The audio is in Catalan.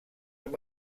amb